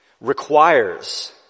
requires